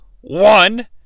one